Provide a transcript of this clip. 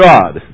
God